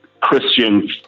Christian